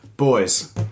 Boys